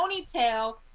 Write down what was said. ponytail